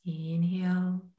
Inhale